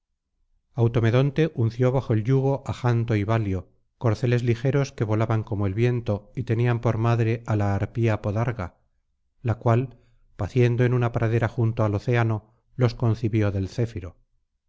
automedonte unció bajo el yugo á janto y balio corceles ligeros que volaban como el viento y tenían por madre á la harpía podarga la cual paciendo en una pradera junto al océano los concibió del céfiro